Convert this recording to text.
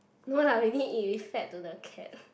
more like we think it is fed to the cat